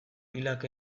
pilak